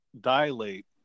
dilate